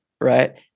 right